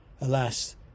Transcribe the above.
Alas